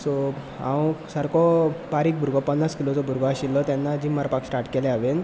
so हांव सारको बारीक भुरगो पन्नास किलोचो भुरगो आशिल्लो तेन्ना जीम मारपाक स्टार्ट केलें हांवें